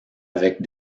avec